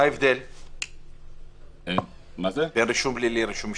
מה ההבדל בין רישום פלילי לרישום משטרתי?